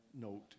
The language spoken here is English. note